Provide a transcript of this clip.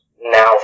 now